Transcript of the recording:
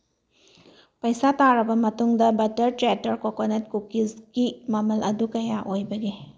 ꯄꯩꯁꯥ ꯇꯥꯔꯕ ꯃꯇꯨꯡꯗ ꯕꯇꯔ ꯆꯦꯇꯔ ꯀꯣꯀꯣꯅꯠ ꯀꯨꯀꯤꯁꯀꯤ ꯃꯃꯜ ꯑꯗꯨ ꯀꯌꯥ ꯑꯣꯏꯕꯒꯦ